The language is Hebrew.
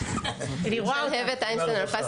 שלהבת אינשטיין אלפסי,